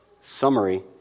summary